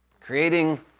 creating